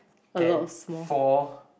ten four